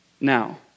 now